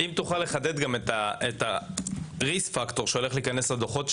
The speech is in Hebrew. אם תוכל לחדד גם את הריספקטור שהולך להיכנס לדוחות,